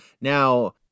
Now